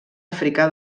africà